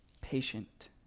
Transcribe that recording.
patient